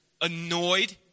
annoyed